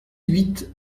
huit